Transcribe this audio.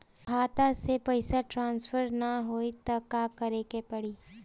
खाता से पैसा ट्रासर्फर न होई त का करे के पड़ी?